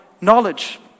knowledge